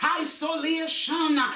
isolation